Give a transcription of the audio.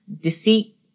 deceit